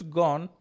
gone